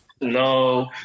No